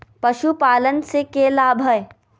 पशुपालन से के लाभ हय?